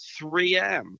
3M